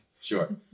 Sure